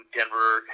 Denver